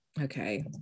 Okay